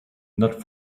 not